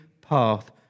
path